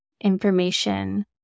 information